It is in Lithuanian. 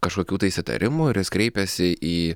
kažkokių tais įtarimų ir jis kreipėsi į